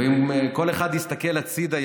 ואם כל אחד יסתכל הצידה,